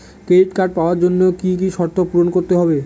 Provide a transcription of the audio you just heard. Credit card পাওয়ার জন্য কি কি শর্ত পূরণ করতে হবে?